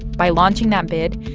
by launching that bid,